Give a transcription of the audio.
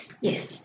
Yes